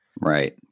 Right